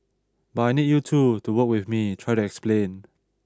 but I need you too to work with me try to explain